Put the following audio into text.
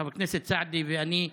חבר הכנסת סעדי ואני,